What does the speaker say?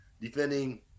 defending